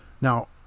now